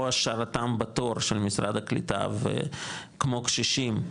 או השארתם בתור של משרד הקליטה וכמו קשישים,